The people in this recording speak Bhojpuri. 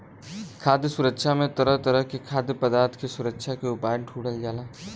खाद्य सुरक्षा में तरह तरह के खाद्य पदार्थ के सुरक्षा के उपाय ढूढ़ल जाला